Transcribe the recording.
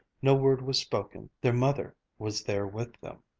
no word was spoken. their mother was there with them.